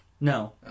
No